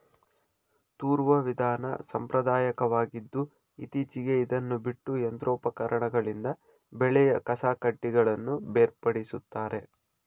ತೂರುವ ವಿಧಾನ ಸಾಂಪ್ರದಾಯಕವಾಗಿದ್ದು ಇತ್ತೀಚೆಗೆ ಇದನ್ನು ಬಿಟ್ಟು ಯಂತ್ರೋಪಕರಣಗಳಿಂದ ಬೆಳೆಯ ಕಸಕಡ್ಡಿಗಳನ್ನು ಬೇರ್ಪಡಿಸುತ್ತಾರೆ